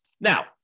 Now